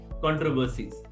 controversies